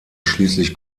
schließlich